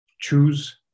choose